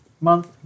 month